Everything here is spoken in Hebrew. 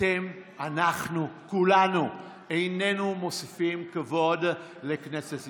אתם אנחנו, כולנו איננו מוסיפים כבוד לכנסת ישראל.